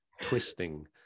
twisting